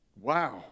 Wow